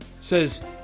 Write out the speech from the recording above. says